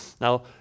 Now